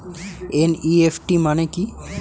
NEFT মানে কি?